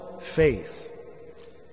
faith